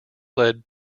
led